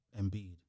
Embiid